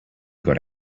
got